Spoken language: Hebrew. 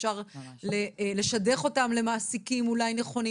אפשר לשדך אותם למעסיקים אולי נכונים,